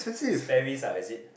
Sperrys uh is it